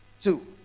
Two